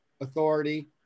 Authority